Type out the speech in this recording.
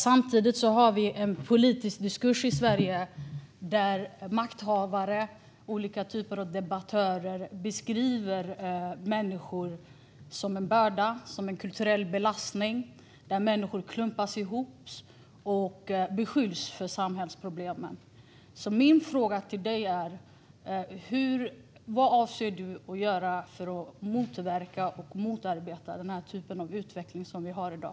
Samtidigt har vi en politisk diskurs i Sverige där makthavare och olika typer av debattörer beskriver människor som en börda och en kulturell belastning. Människor klumpas ihop och beskylls för samhällsproblemen. Min fråga är: Vad avser du, Märta Stenevi, att göra för att motverka och motarbeta den här typen av utveckling som vi har i dag?